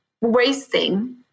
wasting